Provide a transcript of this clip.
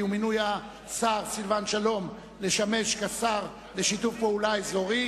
ומינוי השר סילבן שלום לשר לשיתוף פעולה אזורי